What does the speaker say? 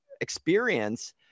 experience